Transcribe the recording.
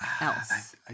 else